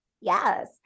Yes